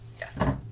Yes